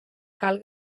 cal